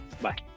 Bye